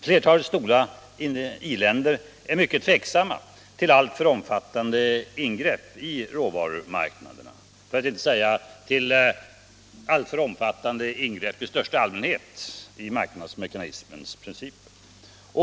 Flertalet stora i-länder är mycket tveksamma till alltför omfattande ingrepp i råvarumarknaderna, dvs. till alltför omfattande ingrepp i marknadsmekanismens principer.